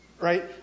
right